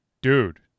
dude